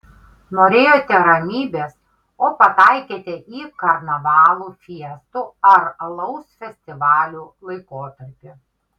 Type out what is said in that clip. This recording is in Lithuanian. norėjote ramybės o pataikėte į karnavalų fiestų ar alaus festivalių laikotarpį